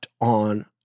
on